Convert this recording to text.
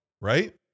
right